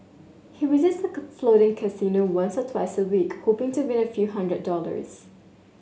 he visits the floating casino once or twice a week hoping to win a few hundred dollars